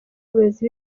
abayobozi